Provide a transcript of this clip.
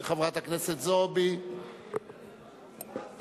אני מזמין את חברת הכנסת חנין זועבי לעלות ולבוא